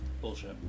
Bullshit